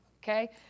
okay